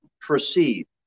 proceed